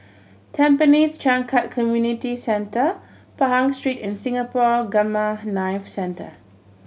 Tampines Changkat Community Centre Pahang Street and Singapore Gamma Knife Centre